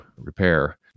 repair